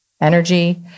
energy